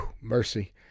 Mercy